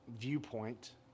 viewpoint